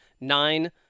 nine